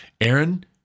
Aaron